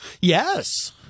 Yes